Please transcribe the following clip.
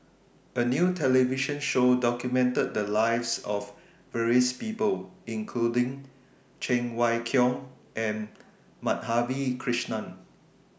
A New television Show documented The Lives of various People including Cheng Wai Keung and Madhavi Krishnan